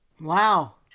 wow